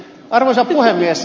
arvoisa puhemies